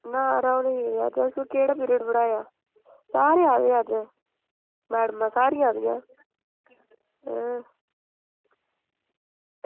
ना यरो भी तुसें केह्ड़ा पीरियड पढ़ाये दा चार होआ दे मैडमां सारियां आई दियां अं